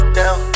down